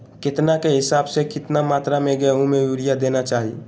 केतना के हिसाब से, कितना मात्रा में गेहूं में यूरिया देना चाही?